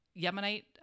Yemenite